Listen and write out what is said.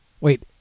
Wait